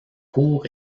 cour